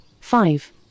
five